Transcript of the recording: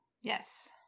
Yes